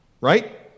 Right